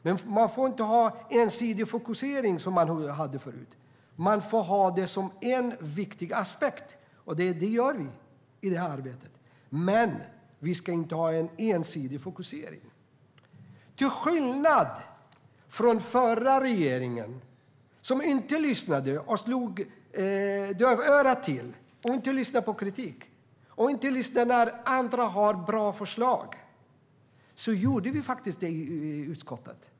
Men man får inte ha en ensidig fokusering, som man hade förut. Man får ha det som en viktig aspekt, och det har vi i det här arbetet. Men vi ska inte ha en ensidig fokusering. Den förra regeringen lyssnade inte utan slog dövörat till. Den lyssnade inte på kritik och inte när andra hade bra förslag. Till skillnad från den förra regeringen har vi faktiskt gjort det i utskottet.